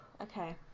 Okay